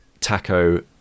Taco